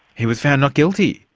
he was found not guilty?